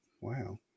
wow